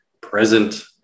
present